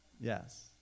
Yes